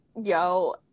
Yo